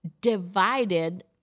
divided